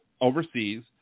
Overseas